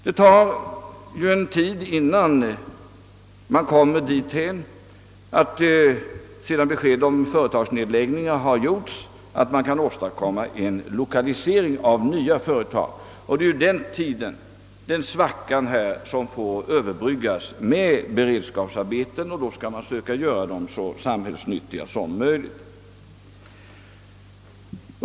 Det dröjer ju en tid innan man kommer dithän att man, sedan besked om företagsnedläggningar lämnats, kan åstadkomma en lokalisering av nya företag. Det är den svackan som får överbryggas med beredskapsarbeten, och dessa beredskapsarbeten skall man söka göra så samhällsnyttiga som möjligt.